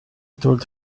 told